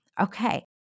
Okay